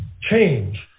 change